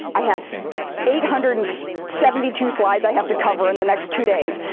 i have eight hundred and seventy two slides i have to cover in the next two days,